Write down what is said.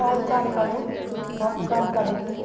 आओर कम करू बहुत कम करै छी